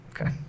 Okay